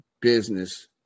business